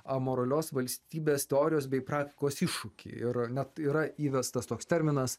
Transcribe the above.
amoralios valstybės teorijos bei praktikos iššūkį ir net yra įvestas toks terminas